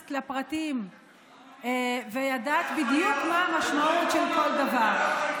נכנסת לפרטים וידעת בדיוק מה המשמעות של כל דבר,